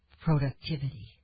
productivity